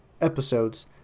episodes